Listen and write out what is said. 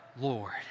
Lord